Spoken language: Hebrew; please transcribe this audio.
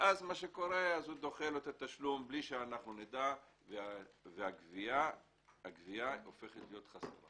ואז הוא דוחה לו את התשלום בלי שאנחנו נדע והגבייה הופכת להיות חסרה.